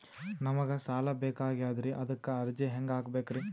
ನಮಗ ಸಾಲ ಬೇಕಾಗ್ಯದ್ರಿ ಅದಕ್ಕ ಅರ್ಜಿ ಹೆಂಗ ಹಾಕಬೇಕ್ರಿ?